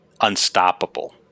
unstoppable